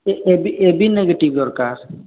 ସେ A B A B negative ଦରକାର